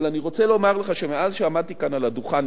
אבל אני רוצה לומר לך שמאז עמדתי כאן על הדוכן,